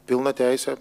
pilną teisę